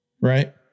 Right